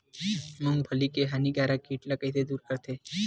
मूंगफली के हानिकारक कीट ला कइसे दूर करथे?